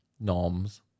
norms